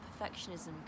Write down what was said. perfectionism